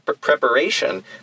preparation